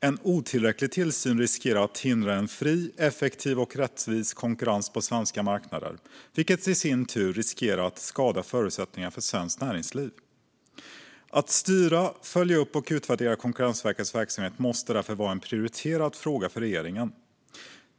En otillräcklig tillsyn riskerar att hindra en fri, effektiv och rättvis konkurrens på svenska marknader, vilket i sin tur riskerar att skada förutsättningarna för svenskt näringsliv. Att styra, följa upp och utvärdera Konkurrensverkets verksamhet måste därför vara en prioriterad fråga för regeringen.